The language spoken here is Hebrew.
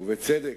ובצדק,